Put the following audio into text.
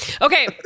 okay